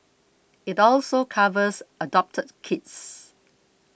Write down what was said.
it also covers adopted kids